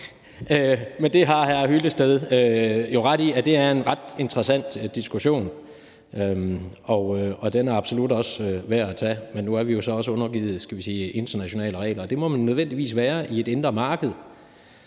Det har hr. Henning Hyllested jo ret i, altså at det er en ret interessant diskussion. Den er absolut også værd at tage, men nu er vi jo så også undergivet internationale regler, og det må man nødvendigvis være i et indre marked,